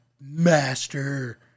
master